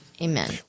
Amen